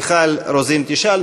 מיכל רוזין תשאל,